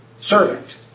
servant